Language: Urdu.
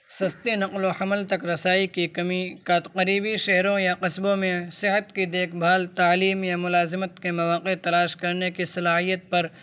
سستے نقل و حمل تک رسائی کی کمی کا قریبی شہروں یا قصبوں میں صحت کی دیکھ بھال تعلیم یا ملازمت کے مواقع تلاش کرنے کی صلاحیت پر